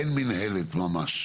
אין מינהלת ממש.